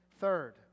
Third